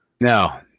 No